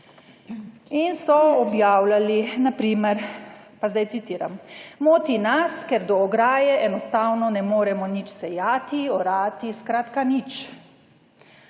in so objavljali na primer, pa zdaj citiram: »Moti nas, ker do ograje enostavno ne moremo nič sejati, orati, skratka nič.